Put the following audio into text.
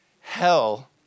Hell